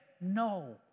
no